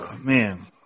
man